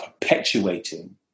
perpetuating